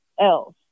else